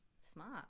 Smart